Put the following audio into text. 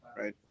right